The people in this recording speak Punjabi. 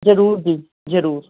ਜਰੂਰ ਜੀ ਜਰੂਰ